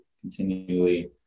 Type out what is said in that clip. continually –